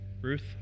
Ruth